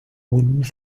would